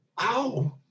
ow